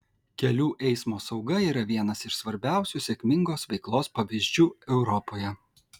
kelių eismo sauga yra vienas iš svarbiausių sėkmingos veiklos pavyzdžių europoje